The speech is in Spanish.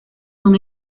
son